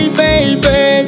baby